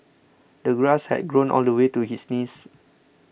the grass had grown all the way to his knees